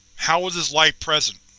how was this light present?